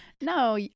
No